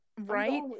Right